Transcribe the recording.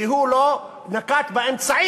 כי הוא לא נקט אמצעים